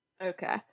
okay